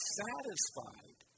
satisfied